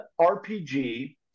RPG